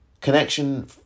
connection